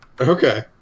okay